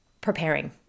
preparing